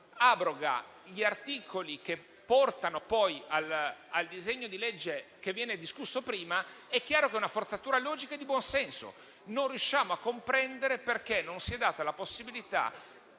abroga gli articoli di cui si occupa il disegno di legge che viene discusso prima, è chiaro che è una forzatura logica e di buon senso. Non riusciamo a comprendere perché non si è data la possibilità